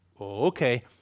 Okay